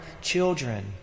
children